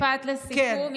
משפט לסיכום,